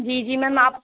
جی جی میم آپ